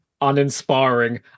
uninspiring